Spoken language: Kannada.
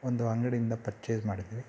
ಒಂದು ಅಂಗಡಿಯಿಂದ ಪರ್ಚೇಸ್ ಮಾಡಿದ್ವಿ